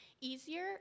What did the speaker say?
easier